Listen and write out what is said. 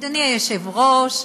אדוני היושב-ראש,